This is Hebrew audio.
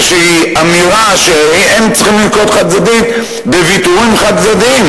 אמירה שהם צריכים לנקוט חד-צדדית ויתורים חד-צדדיים?